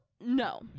no